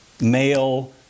male